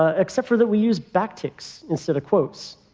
ah except for that we use back ticks instead of quotes.